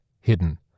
hidden